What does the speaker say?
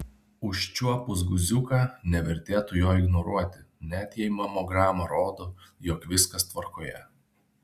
užčiuopus guziuką nevertėtų jo ignoruoti net jei mamograma rodo jog viskas tvarkoje